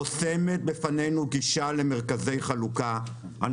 חוסמת בפנינו גישה למרכזי חלוקה.